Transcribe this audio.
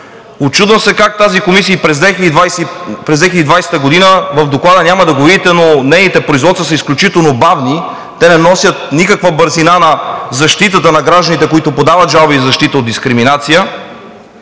Учудвам се как тази комисия – в Доклада няма да го видите, но нейните производства през 2020 г. са изключително бавни и не носят никаква бързина на защитата на гражданите, които подават жалби за защита от дискриминация,